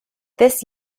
this